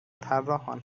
طراحان